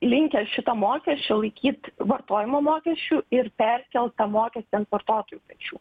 linkę šito mokesčio laikyt vartojimo mokesčiu ir perkelt tą mokestį ant vartotojų pečių